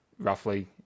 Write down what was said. roughly